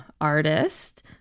artist